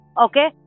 Okay